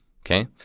Okay